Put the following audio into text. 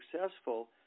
successful